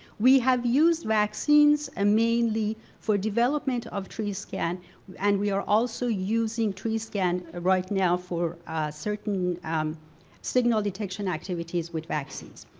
we have used vaccines ah mainly for development of tree scan and we are also using tree scan right now for a certain um signal detection activities with vaccines.